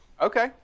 Okay